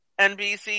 NBC